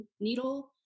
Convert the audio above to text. needle